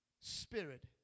spirit